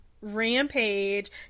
rampage